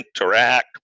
interact